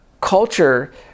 culture